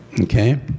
Okay